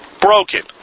Broken